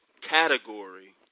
category